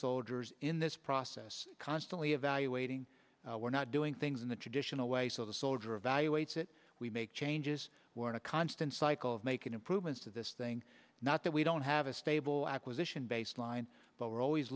soldiers in this process constantly evaluating we're not doing things in the traditional way so the soldier evaluates it we make changes in a constant cycle of making improvements to this thing not that we don't have a stable acquisition baseline but we're always